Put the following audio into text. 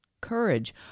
Courage